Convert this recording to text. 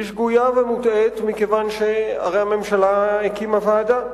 היא שגויה ומוטעית מכיוון שהרי הממשלה הקימה ועדה,